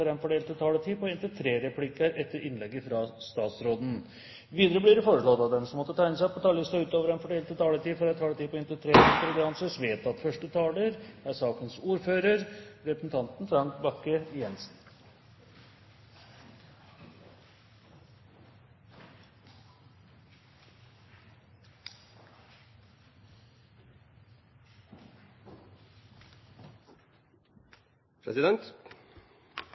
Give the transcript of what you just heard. den fordelte taletid gis anledning til replikkordskifte på inntil tre replikker med svar etter innlegget fra statsråden. Videre blir det foreslått at de som måtte tegne seg på talerlisten utover den fordelte taletid, får en taletid på inntil 3 minutter. – Det anses vedtatt. Vi raud-grøne synest det er